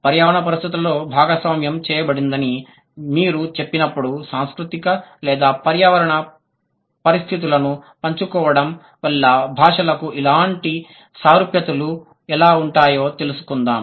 పర్యావరణ పరిస్థితులలో భాగస్వామ్యం చేయబడిందని మీరు చెప్పినప్పుడు సాంస్కృతిక లేదా పర్యావరణ పరిస్థితులను పంచుకోవడం వల్ల భాషలకు ఇలాంటి సారూప్యతలు ఎలా ఉంటాయో తెలుసుకుందాం